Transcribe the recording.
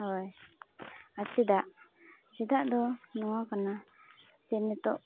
ᱦᱳᱭ ᱟᱨ ᱪᱮᱫᱟᱜ ᱪᱮᱫᱟᱜᱫᱚ ᱱᱚᱣᱟ ᱠᱟᱱᱟ ᱡᱮ ᱱᱤᱛᱳᱜ